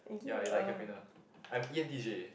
ya you like campaigner I am e_n_t_j